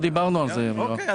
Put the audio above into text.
אוקיי.